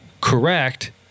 correct